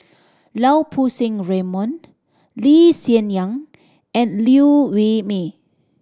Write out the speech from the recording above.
Lau Poo Seng Raymond Lee Hsien Yang and Liew Wee Mee